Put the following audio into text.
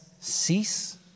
cease